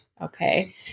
Okay